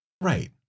Right